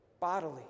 bodily